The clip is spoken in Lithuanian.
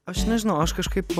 aš nežinau aš kažkaip